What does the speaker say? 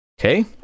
Okay